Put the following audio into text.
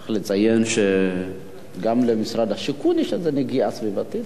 צריך לציין שגם למשרד השיכון יש איזו נגיעה סביבתית,